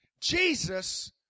Jesus